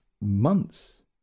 months